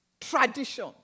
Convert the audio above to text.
Tradition